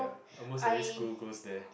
almost every school goes there